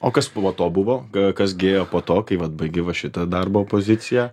o kas po to buvo kas gi ėjo po to kai vat baigei va šitą darbo poziciją